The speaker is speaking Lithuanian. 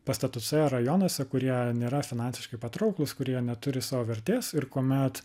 pastatuose rajonuose kurie nėra finansiškai patrauklūs kurie neturi savo vertės ir kuomet